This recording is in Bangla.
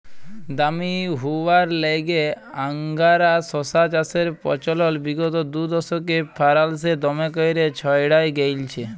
দামি হউয়ার ল্যাইগে আংগারা শশা চাষের পচলল বিগত দুদশকে ফারাল্সে দমে ক্যইরে ছইড়ায় গেঁইলছে